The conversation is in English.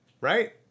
Right